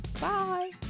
Bye